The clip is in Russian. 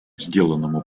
сделанному